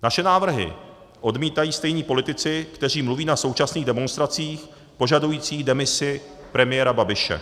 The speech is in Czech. Naše návrhy odmítají stejní politici, kteří mluví na současných demonstracích požadujících demisi premiéra Babiše.